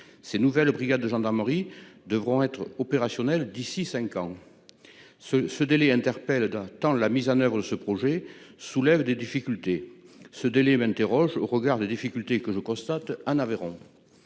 Ces nouvelles brigades de gendarmerie devront être opérationnel d'ici 5 ans. Ce ce délai interpelle d'un temps la mise en oeuvre ce projet soulève des difficultés ce délai interroge au regard des difficultés que je constate en Aveyron.